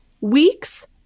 weeks